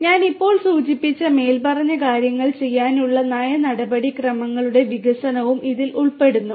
ഞാൻ ഇപ്പോൾ സൂചിപ്പിച്ച മേൽപ്പറഞ്ഞ കാര്യങ്ങൾ ചെയ്യാനുള്ള നയ നടപടിക്രമങ്ങളുടെ വികസനവും ഇതിൽ ഉൾപ്പെടുന്നു